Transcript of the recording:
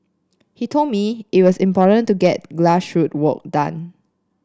he told me it was important to get grassroot work done